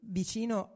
vicino